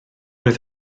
oedd